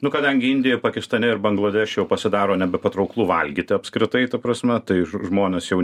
nu kadangi indijoj pakistane ir bangladeše pasidaro nebepatrauklu valgyti apskritai ta prasme tai žmonės jau